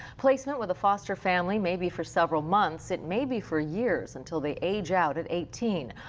placement with a foster family may be for several months. it may be for years until they age out at eighteen.